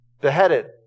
beheaded